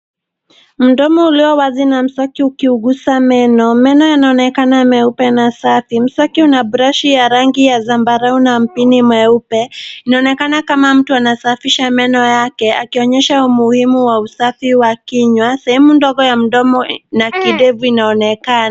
Mdomo ulio wazi na mswaki ukigusa meno. Meno yanaonekana meupe na safi. Mswaki una brushi ya rangi ya zambarau na mpini mweupe. Inaonekana kama mtu anasafisha meno yake, akionyesha umuhimu wa usafi wa kinywa. Sehemu ndogo ya mdomo na kidevu inaonekana.